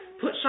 put